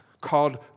called